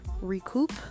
recoup